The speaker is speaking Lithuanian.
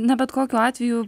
na bet kokiu atveju